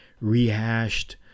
rehashed